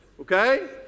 Okay